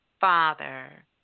father